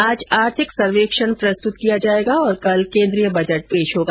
आज आर्थिक सर्वेक्षण प्रस्तुत किया जाएगा और कल केन्द्रीय बजट पेश होगा